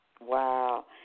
Wow